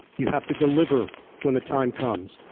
you have to deliver when the time comes.